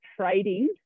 trading